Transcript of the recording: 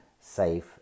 safe